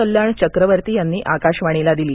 कल्याण चक्रवर्ती यांनी आकाशवाणीला दिली